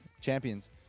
Champions